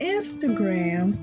Instagram